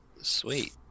Sweet